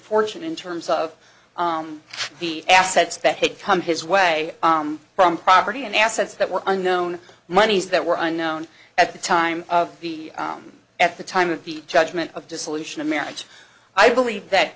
fortune in terms of the assets that had come his way from property and assets that were unknown monies that were unknown at the time of the at the time of the judgment of dissolution of marriage i believe that